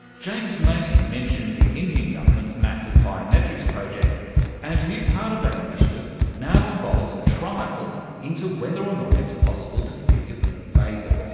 james matey mentioned the indian government's massive biometrics project and a new part of that initiative now involves a trial into whether or not it's possible to finger-print babies.